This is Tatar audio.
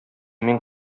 мин